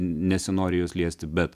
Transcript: nesinori jos liesti bet